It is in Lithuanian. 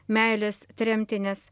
meilės tremtinės